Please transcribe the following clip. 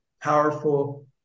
powerful